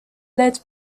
led